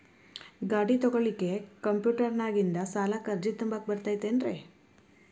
ಗಾಡಿ ತೊಗೋಳಿಕ್ಕೆ ಕಂಪ್ಯೂಟೆರ್ನ್ಯಾಗಿಂದ ಸಾಲಕ್ಕ್ ಅರ್ಜಿ ತುಂಬಾಕ ಬರತೈತೇನ್ರೇ?